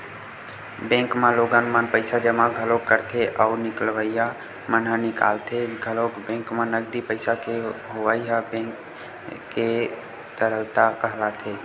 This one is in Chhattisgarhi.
बेंक म लोगन मन पइसा जमा घलोक करथे अउ निकलइया मन ह निकालथे घलोक बेंक म नगदी पइसा के होवई ह बेंक के तरलता कहलाथे